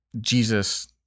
Jesus